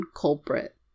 culprit